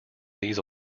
these